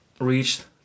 reached